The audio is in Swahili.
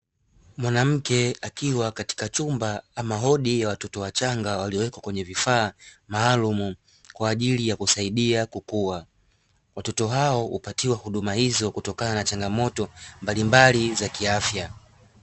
Mwanamke akiwa katika chumba ama wodi ya watoto wachanga waliyowekwa kwenye vifaa maalumu kwa ajili ya kuwasaidia kukua, watoto hao hupatiwa huduma hizo kutokana na changamoto mbalimbali za kiafya.